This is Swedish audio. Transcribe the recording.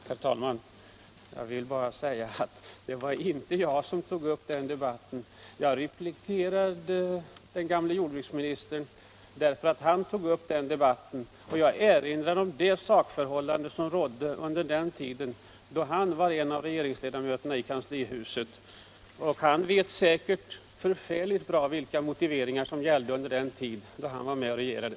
Herr talman! Jag vill bara säga att det var inte jag som tog upp den debatten utan jag replikerade gamle jordbruksministern därför att han tog upp den. Jag erinrade om det sakförhållande som rådde under den tid då han var en av regeringsledamöterna i kanslihuset. Och han vet säkert utmärkt bra vilka motiveringar som gällde under den tid då han var med och regerade.